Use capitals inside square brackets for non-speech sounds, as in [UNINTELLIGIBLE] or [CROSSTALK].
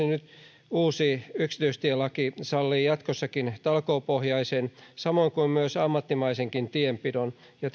[UNINTELLIGIBLE] nyt uusi yksityistielaki sallii jatkossakin talkoopohjaisen samoin kuin myös ammattimaisenkin tienpidon ja [UNINTELLIGIBLE]